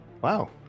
Wow